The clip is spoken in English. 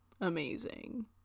amazing